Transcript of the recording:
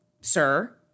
sir